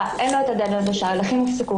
אין לו את הדד-ליין הזה שההליכים נפסקו